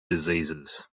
diseases